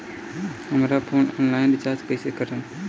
हमार phone online recharge कईसे करेम?